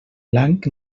blanc